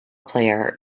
player